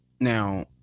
Now